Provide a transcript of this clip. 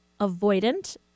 avoidant